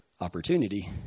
Opportunity